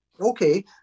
Okay